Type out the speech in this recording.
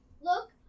look